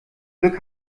glück